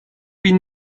bin